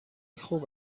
خوب